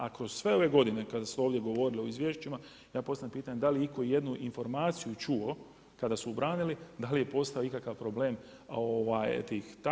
A kroz sve ove godine kada su ovdje govorili o izvješćima ja postavljam pitanje da li je itko i jednu informaciju čuo kada su branili da je li postojao ikakav problem tih.